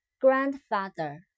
grandfather